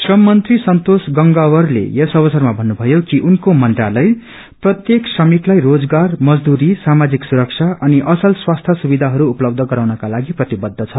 श्रम मंत्री संतोष गंगवारले यस अवसरमा भन्नुभयो कि उनको मंत्रालय प्रत्येक श्रमिकलाई रोजगार मजदुरी सामाजिक सुरक्षा अनि मजदुरी स्वास्थ्य सुविधाहरू उपलब्ध गराउनका लागि प्रतिबद्ध छ